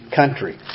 country